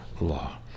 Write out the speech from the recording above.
law